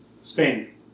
Spain